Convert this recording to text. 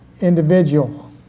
individual